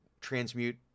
transmute